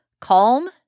Calm